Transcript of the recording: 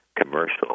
commercial